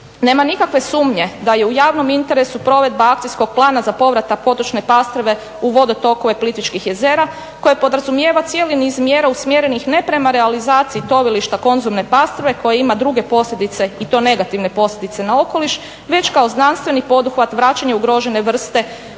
Nema nikakve sumnje da je u javnom interesu provedba akcijskog plana za povrat potrošne pastrve u vodotokove plitvičkih jezera koje podrazumijeva cijeli niz mjera usmjerenih ne prema realizaciji tovilišta konzervne pastrve koja ima druge posljedice i to negativne posljedice na okoliš već kao znanstveni poduhvat vraćanje ugrožene vrste